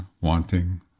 wanting